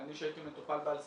אני שהייתי מטופל ב"אל סם".